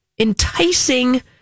enticing